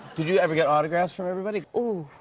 did you ever get autographs from everybody? ooh.